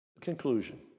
Conclusion